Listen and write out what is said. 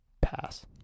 pass